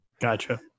Gotcha